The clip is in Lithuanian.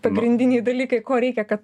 pagrindiniai dalykai ko reikia kad